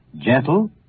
gentle